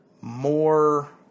more